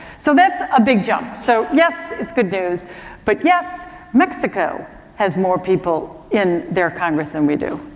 so, that's a big jump. so, yes, it's good news but yes mexico has more people in their congress than we do,